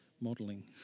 modelling